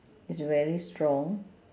it's very strong